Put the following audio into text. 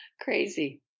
Crazy